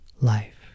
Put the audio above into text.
life